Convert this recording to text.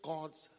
God's